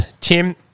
Tim